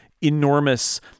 enormous